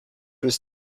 was